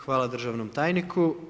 Hvala državnom tajniku.